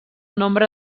nombre